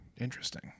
interesting